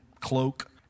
cloak